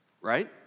Right